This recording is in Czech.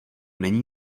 není